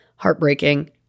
Heartbreaking